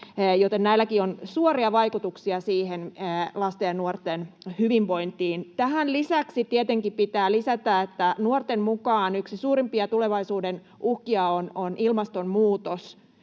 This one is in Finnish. näilläkin on suoria vaikutuksia lasten ja nuorten hyvinvointiin. Tähän lisäksi tietenkin pitää lisätä, että nuorten mukaan yksi suurimpia tulevaisuuden uhkia on ilmastonmuutos,